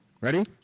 Ready